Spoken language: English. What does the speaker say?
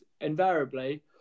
invariably